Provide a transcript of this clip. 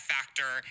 Factor